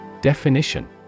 Definition